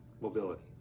mobility